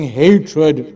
hatred